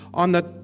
on the